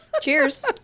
Cheers